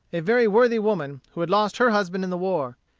a very worthy woman, who had lost her husband in the war.